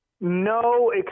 No